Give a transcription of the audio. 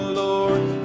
lord